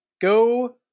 Go